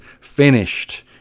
finished